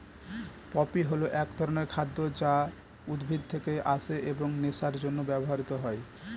poppy হল এক ধরনের খাদ্য যা উদ্ভিদ থেকে আসে এবং নেশার জন্য ব্যবহৃত হয়